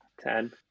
Ten